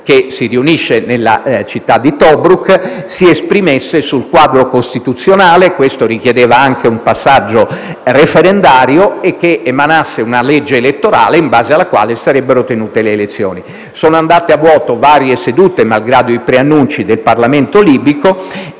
che si riunisce nella città di Tobruk, si esprimesse sul quadro costituzionale (questo richiedeva anche un passaggio referendario) e che emanasse una legge elettorale in base alla quale si sarebbero tenute le elezioni. Sono andate a vuoto varie sedute, malgrado i preannunci del Parlamento libico,